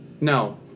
No